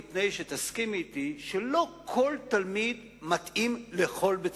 מפני שתסכימי אתי שלא כל תלמיד מתאים לכל בית-ספר.